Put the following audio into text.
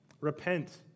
Repent